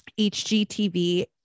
HGTV